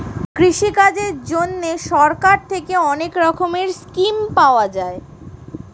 কৃষিকাজের জন্যে সরকার থেকে অনেক রকমের স্কিম পাওয়া যায়